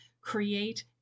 create